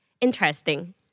interesting